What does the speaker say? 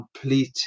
complete